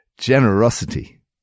generosity